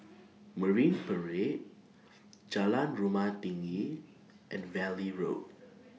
Marine Parade Jalan Rumah Tinggi and Valley Road